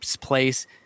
place